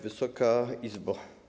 Wysoka Izbo!